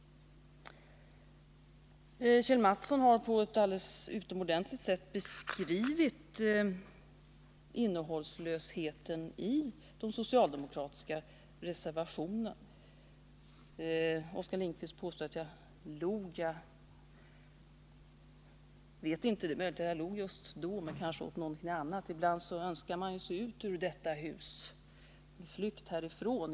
Kjell Mattsson har på ett alldeles utomordentligt sätt beskrivit innehållslösheten i den socialdemokratiska reservationen i vad avser dessa frågor. Oskar Lindkvist påstod att jag log just då. Det är möjligt att jag log, men kanske åt något annat — ibland önskar man sig ut ur detta hus.